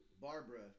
Barbara